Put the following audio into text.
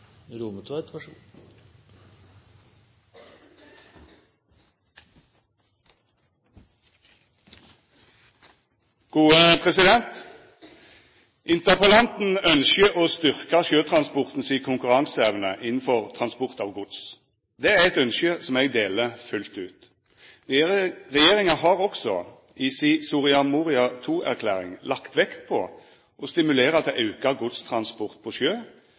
eit ynske som eg deler fullt ut. Regjeringa har også i si Soria Moria II-erklæring lagt vekt på å stimulera til auka godstransport på sjø,